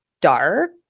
Dark